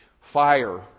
fire